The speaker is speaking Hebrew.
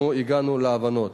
אנחנו הגענו להבנות.